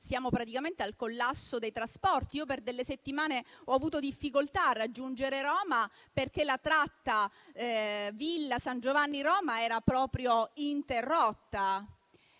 siamo praticamente al collasso dei trasporti. Io vengo dalla Sicilia e per delle settimane ho avuto difficoltà a raggiungere Roma, perché la tratta Villa San Giovanni-Roma era proprio interrotta.